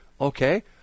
Okay